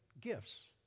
gifts